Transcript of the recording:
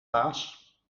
baas